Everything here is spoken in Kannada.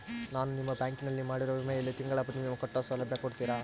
ನಾನು ನಿಮ್ಮ ಬ್ಯಾಂಕಿನಲ್ಲಿ ಮಾಡಿರೋ ವಿಮೆಯಲ್ಲಿ ತಿಂಗಳ ಪ್ರೇಮಿಯಂ ಕಟ್ಟೋ ಸೌಲಭ್ಯ ಕೊಡ್ತೇರಾ?